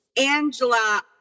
Angela